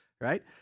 right